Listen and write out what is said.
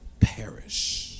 perish